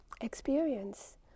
experience